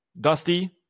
dusty